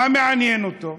מה מעניין אותו?